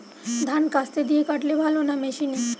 ধান কাস্তে দিয়ে কাটলে ভালো না মেশিনে?